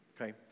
Okay